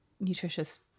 nutritious